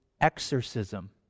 exorcism